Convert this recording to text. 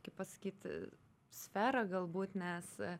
kaip pasakyt sferą galbūt nes